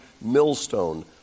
millstone